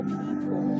people